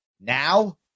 Now